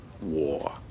war